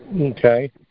Okay